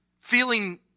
feeling